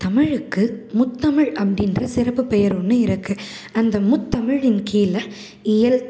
தமிழுக்கு முத்தமிழ் அப்படின்ற சிறப்பு பெயர் ஒன்று இருக்குது அந்த முத்தமிழின் கீழே இயல்